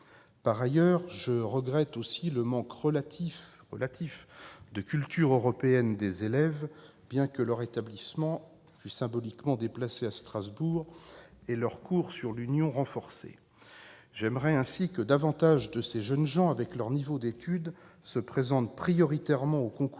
Par ailleurs, je regrette le manque relatif de culture européenne des élèves, bien que leur établissement fût symboliquement déplacé à Strasbourg et leurs cours sur l'Union renforcés. J'aimerais ainsi que davantage de ces jeunes gens, avec leur niveau d'études, se présentent prioritairement aux concours